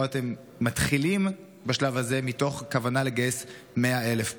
או אתם מתחילים בשלב הזה מתוך כוונה לגייס 100,000 פלוס?